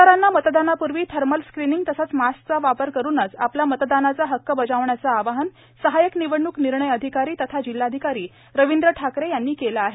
मतदारांना मतदानापूर्वी thermal screening तसेच मास्कचा वापर करुनच आपला मतदानाचा हक्क बजावण्याचे आवाहन सहायक निवडणूक निर्णय अधिकारी तथा जिल्हाधिकारी रविंद्र ठाकरे यांनी केले आहे